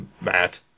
Matt